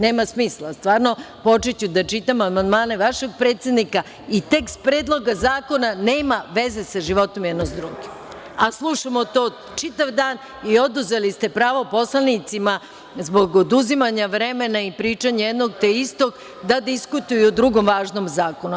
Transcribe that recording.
Nema smisla stvarno, počeću da čitam amandmane vašeg predsednika i tekst Predloga zakona nema veze sa životom jedno s drugim, a slušamo to čitav dan i oduzeli ste pravo poslanicima zbog oduzimanja vremena i pričanja jednog te istog da diskutuju o drugom važnom zakonu.